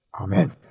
Amen